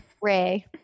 ray